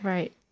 Right